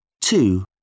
Two